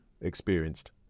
experienced